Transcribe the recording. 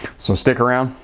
so stick around,